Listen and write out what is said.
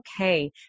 okay